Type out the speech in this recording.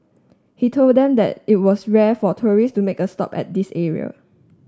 he told them that it was rare for tourist to make a stop at this area